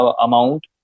amount